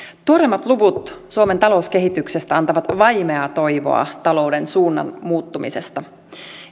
tuoreimmat luvut suomen talouskehityksestä antavat vaimeaa toivoa talouden suunnan muuttumisesta